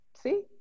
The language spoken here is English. See